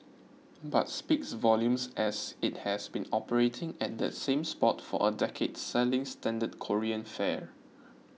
but speaks volumes as it has been operating at that same spot for a decade selling standard Korean fare